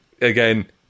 again